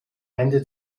ende